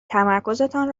تمرکزتان